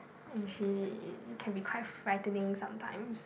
and she can be quite frightening sometimes